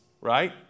right